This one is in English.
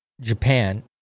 Japan